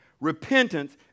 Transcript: Repentance